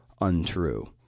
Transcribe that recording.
untrue